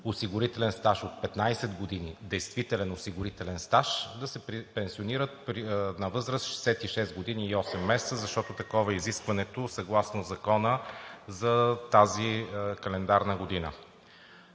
осигурителен стаж от 15 години действителен осигурителен стаж, да се пенсионират на възраст 66 години и 8 месеца, защото такова е изискването съгласно закона за тази календарна година.